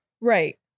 right